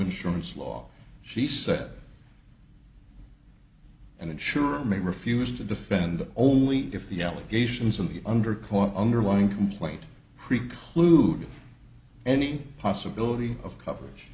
insurance law she said and it sure may refuse to defend only if the allegations in the under court underlying complaint precluded any possibility of coverage